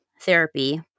therapy